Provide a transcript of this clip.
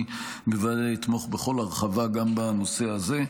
אני אתמוך בכל הרחבה גם בנושא הזה.